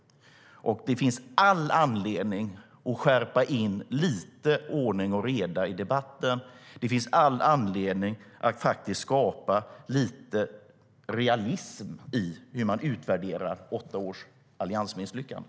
Det finns all anledning att kräva lite ordning och reda i debatten. Det finns all anledning att skapa lite realism i hur man utvärderar åtta års alliansmisslyckande.